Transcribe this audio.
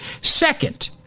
Second